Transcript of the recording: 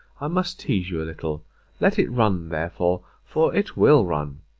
i must tease you a little let it run therefore for it will run